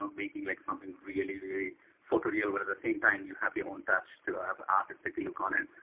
um making like something really, really photo real. but at the same time, you have your own touch to have artistic look on it.